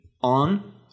On